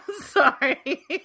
sorry